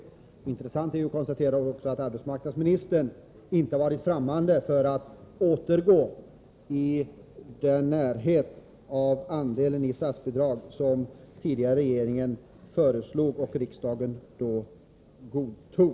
Det är också intressant att konstatera att arbetsmarknadsministern inte har varit främmande för att återgå till en ordning där storleken på statsbidragsandelen ligger i närheten av vad den förra regeringen föreslog och riksdagen godtog.